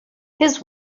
his